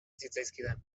zitzaizkidan